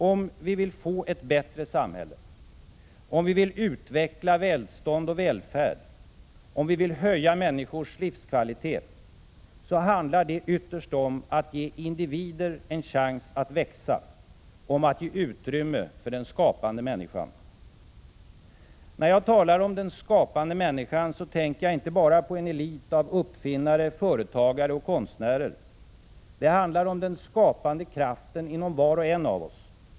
Om vi vill få ett bättre samhälle, om vi vill utveckla välstånd och välfärd, om vi vill höja människors livskvalitet, handlar det ytterst om att ge individer en chans att växa, om att ge utrymme för den skapande människan. När jag talar om den skapande människan, tänker jag inte bara på en elit av uppfinnare, företagare och konstnärer. Det handlar om den skapande kraften inom var och en av oss.